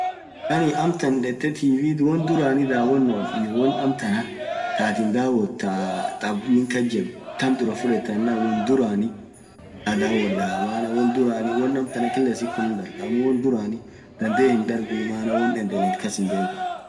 amtan dhethee TV won dhurani dhawonof hiyo won amtan thaa athin dhawothu thaa thabnin kasjiru thaam dhurah fudhetha yenan won dhurani dhuraa dhawodhaa maana won dhurani won amtan kila siku unum dhargha ammo won dhurani dhadhee hindharguu won endelethu kas hinbekhu